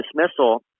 dismissal